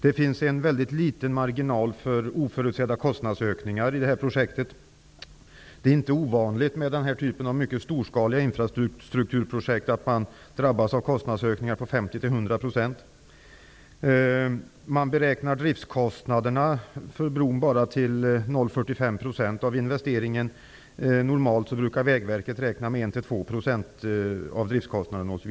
Det finns dessutom en mycket liten marginal för oförutsedda kostnadsökningar i det här projektet. När det gäller den här typen av mycket storskaliga infrastrukturprojekt är det inte ovanligt att man drabbas av kostnadsökningar på 50--100 %. Man beräknar driftskostnaderna för bron bara till Vägverket räkna med 1--2 %.